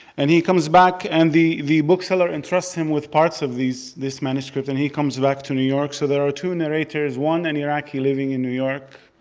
and he comes back, and the the bookseller entrusts him with parts of this manuscript, and he comes back to new york. so there are two narrators, one an iraqi living in new york,